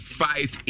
five